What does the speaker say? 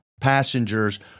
passengers